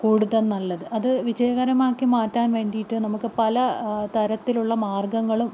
കൂടുതൽ നല്ലത് അത് വിജയകരമാക്കി മാറ്റാൻ വേണ്ടിയിട്ട് നമുക്ക് പല തരത്തിലുള്ള മാർഗ്ഗങ്ങളും